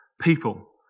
people